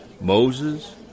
Moses